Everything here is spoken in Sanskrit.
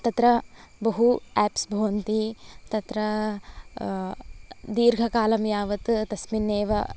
तत्र बहु एप्स् भवन्ति तत्र दीर्घकालं यावत् तस्मिन्नेव